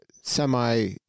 semi